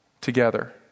Together